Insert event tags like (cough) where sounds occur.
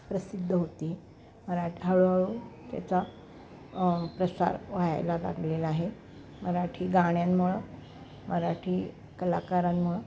प्रसिद्ध होती (unintelligible) हळूहळू त्याचा प्रसार व्हायला लागलेला आहे मराठी गाण्यांमुळे मराठी कलाकारांमुळे